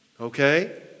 okay